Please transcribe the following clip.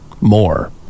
More